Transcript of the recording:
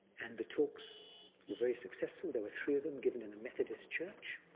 and the talks were very successful. there were three of them given in a methodist church,